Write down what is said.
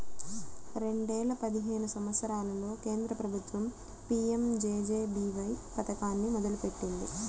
రెండేల పదిహేను సంవత్సరంలో కేంద్ర ప్రభుత్వం పీ.యం.జే.జే.బీ.వై పథకాన్ని మొదలుపెట్టింది